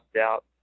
out